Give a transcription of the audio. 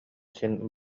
син